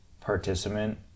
participant